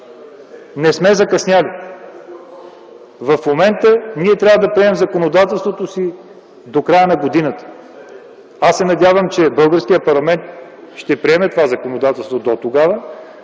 Не сме закъснели. В момента трябва да приемем законодателството си до края на годината. Аз се надявам, че българският парламент ще приеме това законодателство дотогава,